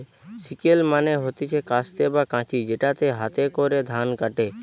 sickle মানে হতিছে কাস্তে বা কাঁচি যেটাতে হাতে করে ধান কাটে